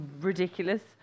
ridiculous